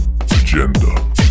Agenda